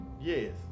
Yes